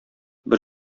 бер